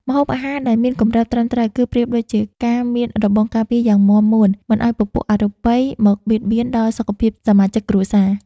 ម្ហូបអាហារដែលមានគម្របត្រឹមត្រូវ គឺប្រៀបដូចជាការមានរបងការពារយ៉ាងមាំមួនមិនឱ្យពពួកអរូបិយមកបៀតបៀនដល់សុខភាពសមាជិកគ្រួសារ។